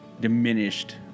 diminished